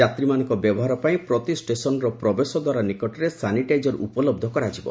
ଯାତ୍ରୀମାନଙ୍କ ବ୍ୟବହାର ପାଇଁ ପ୍ରତି ଷ୍ଟେସନର ପ୍ରବେଶ ଦ୍ୱାର ନିକଟରେ ସାନିଟାଇଜର ଉପଲହ୍ଧ କରାଯିବ